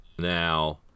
Now